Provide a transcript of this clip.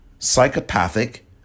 Psychopathic